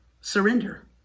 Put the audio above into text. surrender